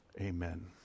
amen